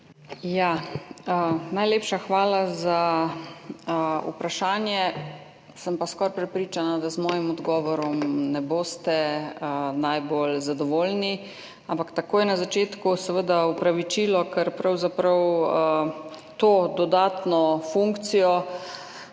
Najlepša hvala za vprašanje. Sem pa skoraj prepričana, da z mojim odgovorom ne boste najbolj zadovoljni, ampak takoj na začetku seveda opravičilo, ker pravzaprav to dodatno funkcijo